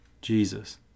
Jesus